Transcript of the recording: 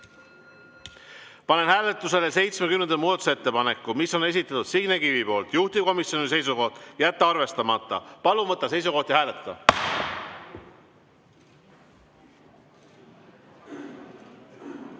Panen hääletusele 70. muudatusettepaneku, mille on esitanud Signe Kivi, juhtivkomisjoni seisukoht on jätta see arvestamata. Palun võtta seisukoht ja hääletada!